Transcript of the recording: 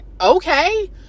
okay